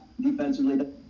defensively